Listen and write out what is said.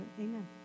Amen